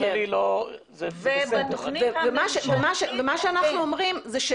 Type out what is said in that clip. מה שאנחנו אומרים זה,